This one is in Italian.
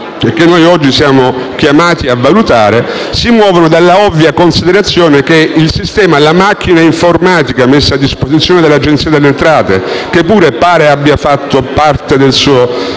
e che noi oggi siamo chiamati a valutare si muovono dalla ovvia considerazione che la macchina informatica messa a disposizione dall'Agenzia delle entrate (che pure pare abbia fatto parte del suo dovere)